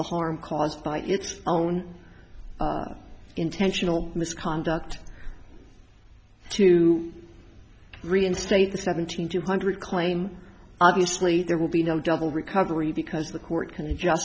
harm caused by its own intentional misconduct to reinstate the seventeen two hundred claim obviously there will be no double recovery because the court